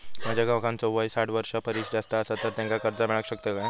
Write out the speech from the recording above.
माझ्या काकांचो वय साठ वर्षां परिस जास्त आसा तर त्यांका कर्जा मेळाक शकतय काय?